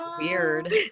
Weird